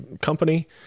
company